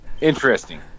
Interesting